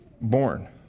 born